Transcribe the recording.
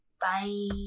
Bye